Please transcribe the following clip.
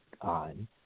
on